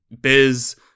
Biz